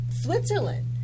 Switzerland